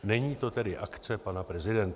Není to tedy akce pana prezidenta.